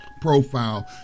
profile